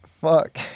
fuck